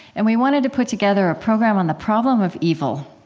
and we wanted to put together a program on the problem of evil.